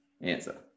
answer